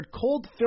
cold